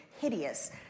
hideous